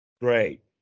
Great